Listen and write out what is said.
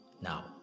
Now